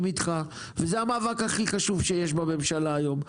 איתך וזה המאבק הכי חשוב שיש בממשלה היום,